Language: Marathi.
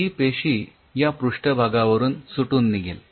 ही पेशी या पृष्ठभागावरून सुटून निघेल